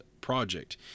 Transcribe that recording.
project